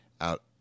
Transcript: out